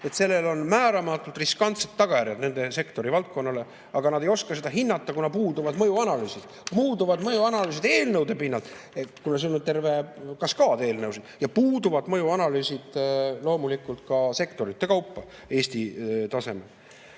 et sellel on määramatult riskantsed tagajärjed nende sektori valdkonnale, aga nad ei oska seda hinnata, kuna puuduvad mõjuanalüüsid. Puuduvad mõjuanalüüsid eelnõude pinnalt, kuna siin on terve kaskaad eelnõusid, ja puuduvad mõjuanalüüsid loomulikult ka sektorite kaupa Eesti tasemel.